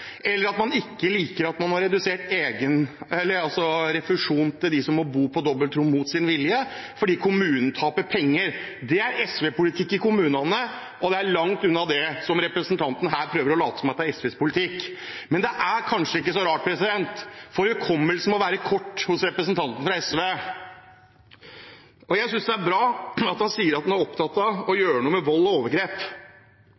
eller at man ikke liker refusjonen til dem som må bo på dobbeltrom mot sin vilje, fordi kommunen taper penger. Det er SV-politikk i kommunene, og det er langt unna det som representanten her prøver å late som er SVs politikk. Men det er kanskje ikke så rart – hukommelsen hos representanten fra SV må være kort. Jeg synes det er bra at han sier at han er opptatt av å